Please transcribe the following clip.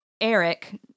Eric